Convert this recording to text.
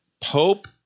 Pope